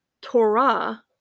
Torah